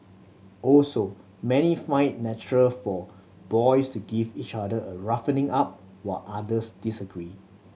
also many find natural for boys to give each other a roughening up while others disagree